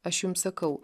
aš jums sakau